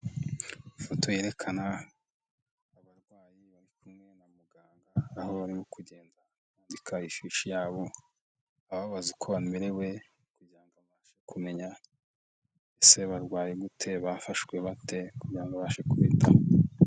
Ifoto yerekana abarwayi bari kumwe na muganga aho barimo kugenda bandika ifishi yabo ababaza uko bamerewe kugira ngo abashe kumenya ese barwaye gute, bafashwe bate, kugira ngo abashe kubitaho.